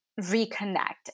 reconnect